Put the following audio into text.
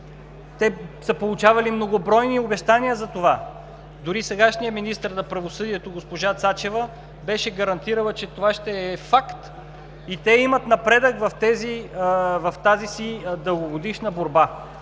Те са получавали многобройни обещания за това, дори сегашният министър на правосъдието госпожа Цачева беше гарантирала, че това ще е факт и те имат напредък в тази си дългогодишна борба.